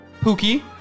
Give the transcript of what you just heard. pookie